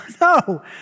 no